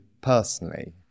personally